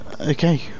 Okay